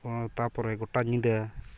ᱛᱟᱯᱚᱨᱮ ᱜᱚᱴᱟ ᱧᱤᱫᱟᱹ